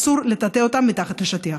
אסור לטאטא אותם מתחת לשטיח.